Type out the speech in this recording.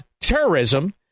terrorism